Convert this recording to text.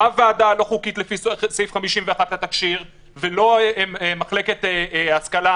לא הוועדה הלא חוקית לפי סעיף 51 לתקשי"ר ולא מחלקת השכלה